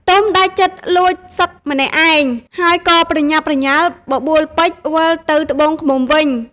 ទុំដាច់ចិត្តលួចសឹកម្នាក់ឯង ហើយក៏ប្រញាប់ប្រញាល់បបួលពេជ្រវិលទៅត្បូងឃ្មុំវិញ ។